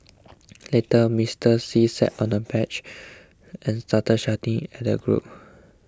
later Mister See sat on a bench and started shouting at the group